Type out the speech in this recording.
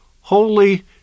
holy